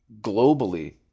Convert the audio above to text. globally